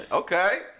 Okay